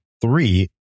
three